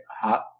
hot